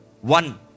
one